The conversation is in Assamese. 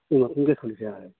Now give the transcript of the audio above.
এই নতুনকে খুলিছে হয়